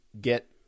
get